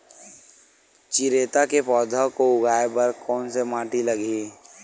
चिरैता के पौधा को उगाए बर कोन से माटी लगही?